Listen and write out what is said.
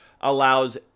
allows